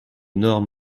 normes